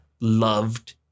loved